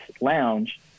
lounge